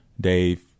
Dave